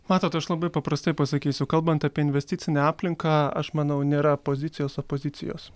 matot aš labai paprastai pasakysiu kalbant apie investicinę aplinką aš manau nėra pozicijos opozicijos